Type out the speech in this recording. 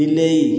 ବିଲେଇ